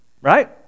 Right